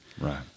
Right